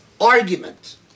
argument